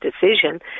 decision